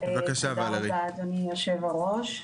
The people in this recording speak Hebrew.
רבה אדוני היושב ראש.